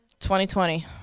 2020